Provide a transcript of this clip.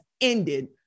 ended